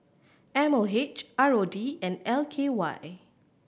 M O H R O D and L K Y